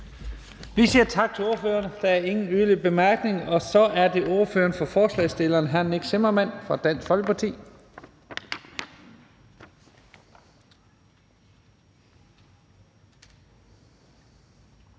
Vi siger tak til ordføreren, der er ingen yderligere korte bemærkninger. Så er det ordføreren for forslagsstillerne, hr. Nick Zimmermann fra Dansk Folkeparti.